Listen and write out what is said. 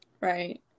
right